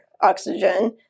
oxygen